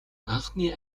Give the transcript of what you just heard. анхны